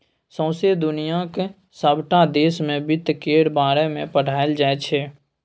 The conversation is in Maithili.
सौंसे दुनियाक सबटा देश मे बित्त केर बारे मे पढ़ाएल जाइ छै